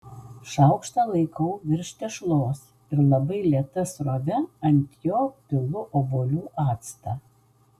šaukštą laikau virš tešlos ir labai lėta srove ant jo pilu obuolių actą